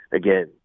again